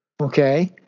Okay